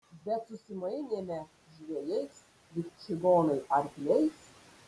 bet susimainėme žvejais lyg čigonai arkliais